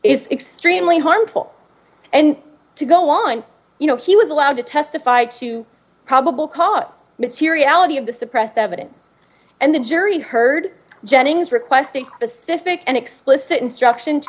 is extremely harmful and to go on you know he was allowed to testify to probable cause materiality of the suppressed evidence and the jury heard jennings requesting specific and explicit instruction